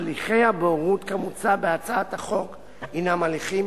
הליכי הבוררות כמוצע בהצעת החוק הינם הליכים